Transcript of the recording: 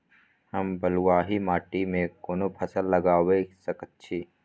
हम बलुआही माटी में कोन फसल लगाबै सकेत छी?